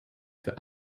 für